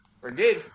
Forget